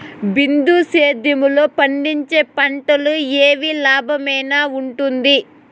బిందు సేద్యము లో పండించే పంటలు ఏవి లాభమేనా వుంటుంది?